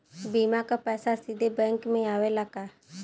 बीमा क पैसा सीधे बैंक में आवेला का?